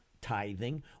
tithing